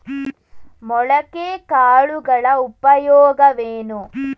ಮೊಳಕೆ ಕಾಳುಗಳ ಉಪಯೋಗವೇನು?